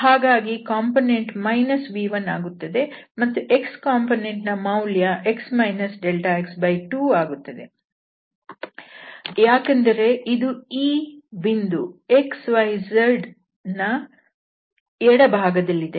ಹಾಗಾಗಿ ಈ ಕಾಂಪೊನೆಂಟ್ v1ಆಗುತ್ತದೆ ಮತ್ತು x ಕಾಂಪೊನೆಂಟ್ ನ ಮೌಲ್ಯ x δx2 ಆಗುತ್ತದೆ ಯಾಕೆಂದರೆ ಇದು ಈ ಬಿಂದು xyz ವಿನ ಎಡ ಭಾಗದಲ್ಲಿದೆ